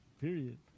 period